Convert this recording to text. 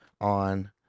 on